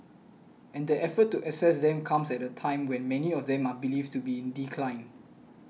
and the effort to assess them comes at a time when many of them are believed to be in decline